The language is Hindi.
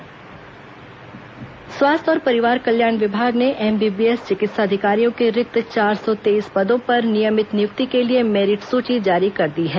चिकित्सा अधिकारी भर्ती स्वास्थ्य और परिवार कल्याण विभाग ने एमबीबीएस चिकित्सा अधिकारियों के रिक्त चार सौ तेईस पदों पर नियमित नियुक्ति के लिए मेरिट सूची जारी कर दी है